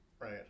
right